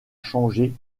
changé